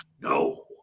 no